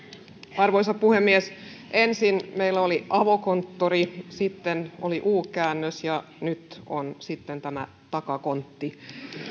arvoisa puhemies ensin meillä oli avokonttori sitten oli u käännös ja nyt on sitten tämä takakontti